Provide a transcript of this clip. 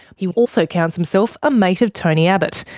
he also counts himself a mate of tony abbott,